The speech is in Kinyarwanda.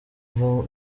mva